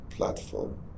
platform